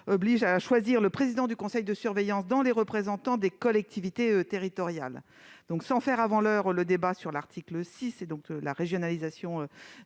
oblige à choisir le président du conseil de surveillance parmi les représentants des collectivités territoriales. Sans anticiper le débat sur l'article 6 et la régionalisation